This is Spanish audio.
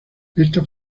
esta